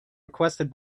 requested